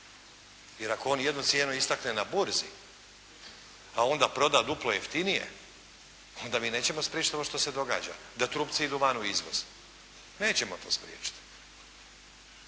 Jer ako on jednu cijenu istakne na burzi, a onda proda duplo jeftinije onda mi nećemo spriječiti ono što se događa, da trupci idu van u izvoz. Nećemo to spriječiti.